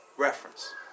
Reference